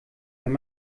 wenn